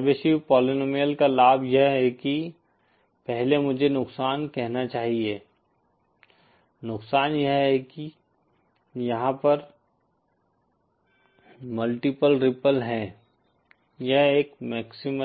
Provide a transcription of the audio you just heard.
Chebyshev polynomial का लाभ यह है कि पहले मुझे नुकसान कहना चाहिए नुकसान यह है कि यहाँ पर मल्टीप्ल रिप्पल हैं यह एक मक्सिमलीफ्लैट